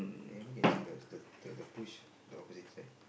I only can see the the the push the opposite side